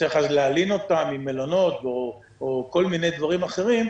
וצריך אז להלין אותם במלונות או כל מיני דברים אחרים,